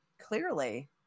Clearly